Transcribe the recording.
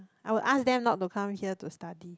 I will ask them not to come here to study